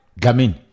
Gamin